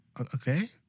okay